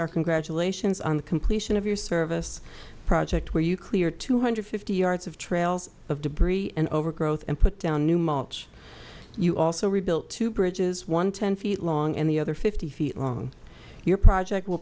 our congratulations on the completion of your service project where you cleared two hundred fifty yards of trails of debris and overgrowth and put down new mulch you also rebuilt two bridges one ten feet long and the other fifty feet long your project w